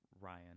ryan